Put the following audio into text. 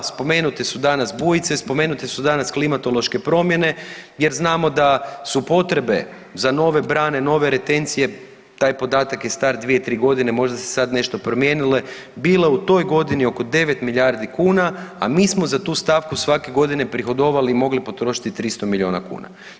Spomenute su danas bujice, spomenute su danas klimatološke promjene jer znamo da su potrebe za nove brane, nove retencije taj podatak je star 2-3 godine možda se sada nešto promijenile bile u toj godini oko 9 milijardi kuna, a mi smo za tu stavku svake godine prihodovali i mogli potrošiti 300 miliona kuna.